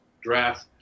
draft